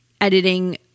editing